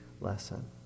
lesson